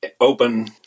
open